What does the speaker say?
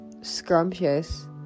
scrumptious